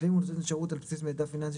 ואם הוא נותן שירות על בסיס מידע פיננסי